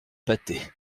pâté